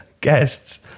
guests